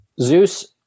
Zeus